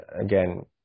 again